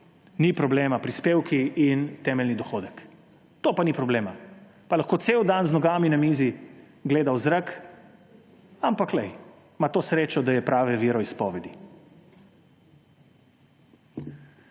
ni problema! Prispevki in temeljni dohodek, to pa ni problema, pa lahko cel dan z nogami na mizi gleda v zrak, ampak glej, ima to srečo, da je prave veroizpovedi.